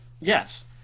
Yes